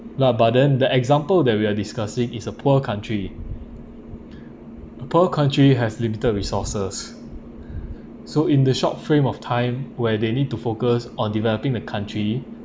lah but then the example that we are discussing is a poor country a poor country has limited resources so in the short frame of time where they need to focus on developing the country